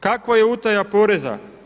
Kakva je utaja poreza?